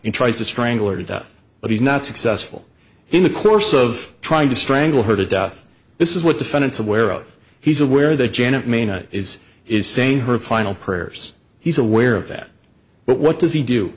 in tries to strangle her to death but he's not successful in the course of trying to strangle her to death this is what defendant's aware of he's aware that janet maina is is saying her final prayers he's aware of that but what does he do